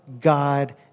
God